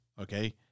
okay